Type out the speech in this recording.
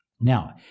Now